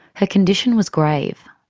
her condition was grave.